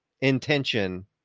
intention